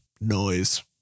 Noise